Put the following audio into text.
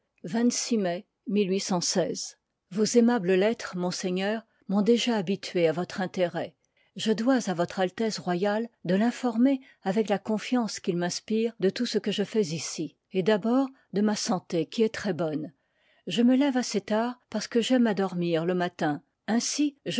vos aimables lettres monseigneur m'ont déjà habituée à votre intérêt je dois à votre altesse royale de finformer avec la confiance qu'il m'inspire de tout ce que je fais ici et d'abord de ma santé qui est très-bonne je me lève assez tard parce que j'aime à dormir le matin ainsi je